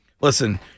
listen